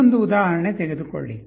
ಇನ್ನೊಂದು ಉದಾಹರಣೆ ತೆಗೆದುಕೊಳ್ಳಿ